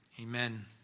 Amen